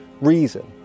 reason